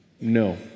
No